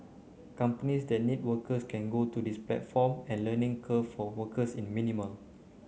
companies that need workers can go to this platform and learning curve for workers in a minimal